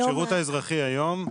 השירות האזרחי היום,